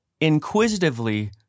inquisitively